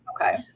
Okay